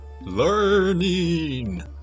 Learning